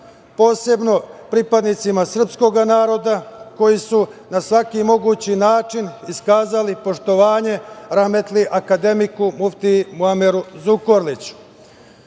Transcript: posebno pripadnicima srpskog naroda koji su na svaki mogući način iskazali poštovanje rahmetli akademiku muftiji Muameru Zukorliću. Kao